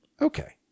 Okay